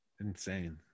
Insane